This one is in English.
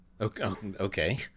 Okay